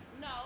No